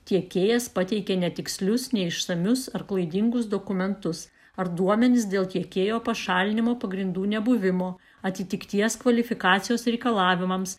tiekėjas pateikė netikslius neišsamius ar klaidingus dokumentus ar duomenis dėl tiekėjo pašalinimo pagrindų nebuvimo atitikties kvalifikacijos reikalavimams